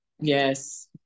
Yes